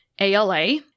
ALA